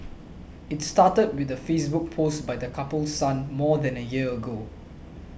it started with the Facebook post by the couple's son more than a year ago